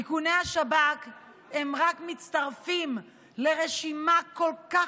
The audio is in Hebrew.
איכוני השב"כ רק מצטרפים לרשימה כל כך